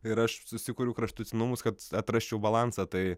ir aš susikuriu kraštutinumus kad atrasčiau balansą tai